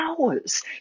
hours